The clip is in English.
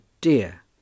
dear